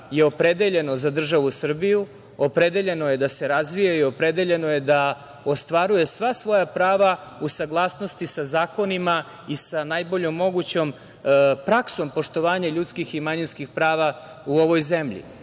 je opredeljeno za državu Srbiju, opredeljeno je da se razvija i opredeljeno je da ostvaruje sva svoja prava u saglasnosti sa zakonima i sa najboljom mogućom praksom poštovanja ljudskih i manjinskih prava u ovoj zemlji.